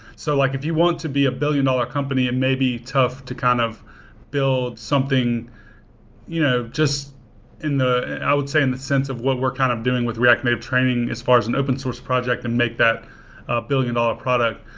so like if you want to be a billion dollar company, and tough to kind of build something you know just in the i would say, in the sense of what we're kind of doing with react native training as far as an open-source project and make that a billion dollar product.